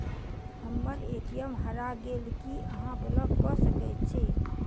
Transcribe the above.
हम्मर ए.टी.एम हरा गेल की अहाँ ब्लॉक कऽ सकैत छी?